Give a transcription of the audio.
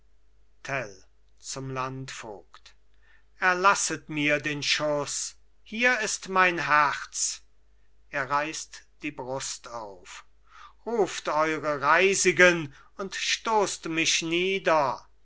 erlasset mir den schuss hier ist mein herz er reisst die brust auf ruft eure reisigen und stosst mich nieder